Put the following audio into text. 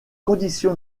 condition